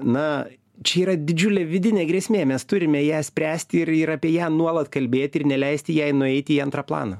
na čia yra didžiulė vidinė grėsmė mes turime ją spręsti ir ir apie ją nuolat kalbėti ir neleisti jai nueiti į antrą planą